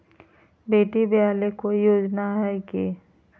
बेटी ब्याह ले कोई योजनमा हय की?